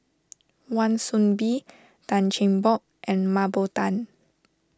Wan Soon Bee Tan Cheng Bock and Mah Bow Tan